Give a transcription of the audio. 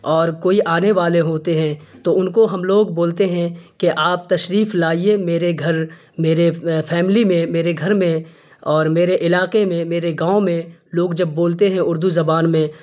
اور کوئی آنے والے ہوتے ہیں تو ان کو ہم لوگ بولتے ہیں کہ آپ تشریف لائیے میرے گھر میرے فیملی میں میرے گھر میں اور میرے علاقے میں میرے گاؤں میں لوگ جب بولتے ہیں اردو زبان میں